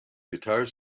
guitar